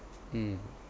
mm